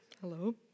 hello